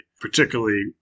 particularly